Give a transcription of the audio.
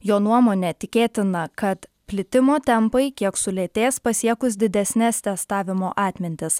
jo nuomone tikėtina kad plitimo tempai kiek sulėtės pasiekus didesnes testavimo atmintis